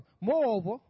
Moreover